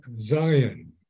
Zion